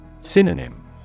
Synonym